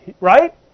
Right